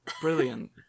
Brilliant